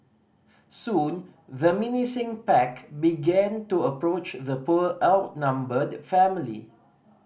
soon the menacing pack began to approach the poor outnumbered family